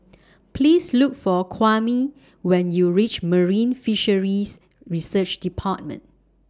Please Look For Kwame when YOU REACH Marine Fisheries Research department